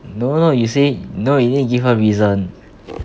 no no you say no you need give her reason